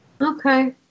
Okay